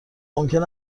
ممکن